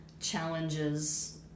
challenges